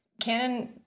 Canon